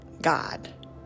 God